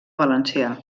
valencià